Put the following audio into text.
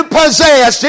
possess